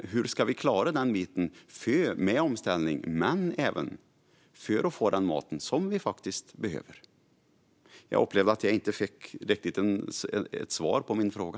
Hur ska vi klara den biten - omställningen - och även få den mat som vi behöver? Jag upplever att jag inte riktigt fick svar på min fråga.